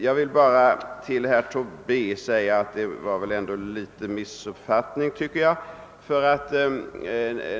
Herr Tobé måste ha gjort sig skyldig till en liten missuppfattning.